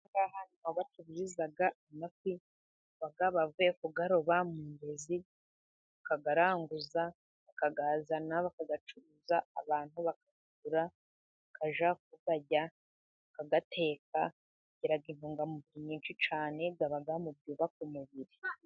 Aha ngaha niho bacururiza amafi baba bavuye kuyaroba mu mugezi bakayaranguza, bakayazana bakayacuruza abantu bakayagura bakajya kuyarya bakayateka agiraga intungamubiri nyinshi cyane, yaba mu byubaka umubiri.